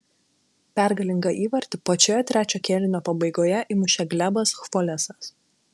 pergalingą įvartį pačioje trečio kėlinio pabaigoje įmušė glebas chvolesas